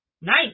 Nice